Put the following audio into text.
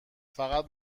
فقط